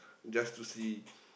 just to see